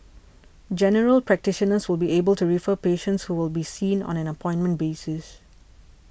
General Practitioners will be able to refer patients who will be seen on an appointment basis